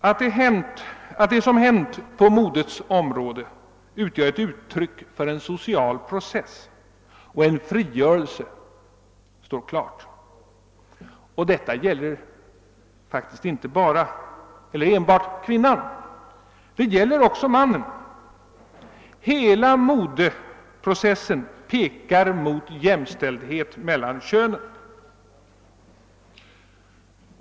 Att det som hänt på modets område utgör ett uttryck för en social process och en frigörelse står klart. Och detta gäller faktiskt inte enbart kvinnan — det gäller också mannen. Hela modeprocessen pekar mot en jämställdhet mellan könen.